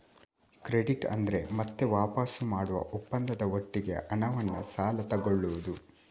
credit ಅಂದ್ರೆ ಮತ್ತೆ ವಾಪಸು ಮಾಡುವ ಒಪ್ಪಂದದ ಒಟ್ಟಿಗೆ ಹಣವನ್ನ ಸಾಲ ತಗೊಳ್ಳುದು